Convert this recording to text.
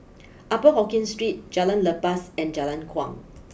Upper Hokkien Street Jalan Lepas and Jalan Kuang